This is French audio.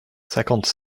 cinquante